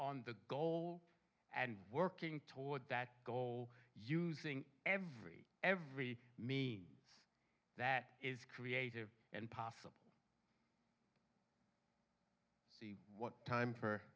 on the goal and working toward that goal using every every means that is creative and possible see what time for